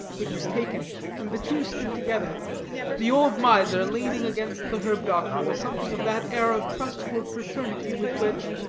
it was taken and the two stood together the old miser leaning against the herb-doctor with something of that air of trustful fraternity with which,